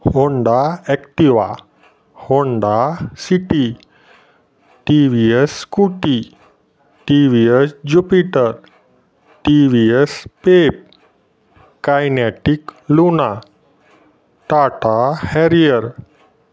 Honda Activa Honda City T V S Scooty T V S Jupiter T V S Pep Kinetic Luna Tata Harrier